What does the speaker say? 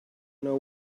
know